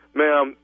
ma'am